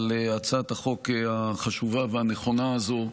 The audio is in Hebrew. על הצעת החוק החשובה והנכונה הזו.